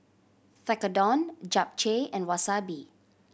Tekkadon Japchae and Wasabi